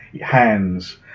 hands